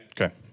Okay